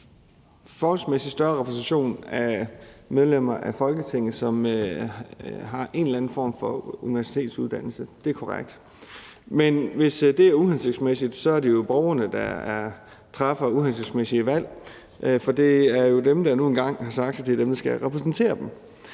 forholdsmæssigt større repræsentation af medlemmer af Folketinget, som har en eller anden form for universitetsuddannelse; det er korrekt. Men hvis det er uhensigtsmæssigt, er det jo borgerne, der træffer uhensigtsmæssige valg, for det er jo dem, der nu engang har sagt, hvem der skal repræsentere dem.